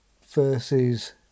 versus